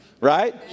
Right